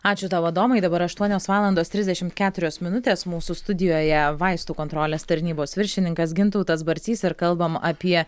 ačiū tau adomai dabar aštuonios valandos trisdešimt keturios minutės mūsų studijoje vaistų kontrolės tarnybos viršininkas gintautas barcys ir kalbam apie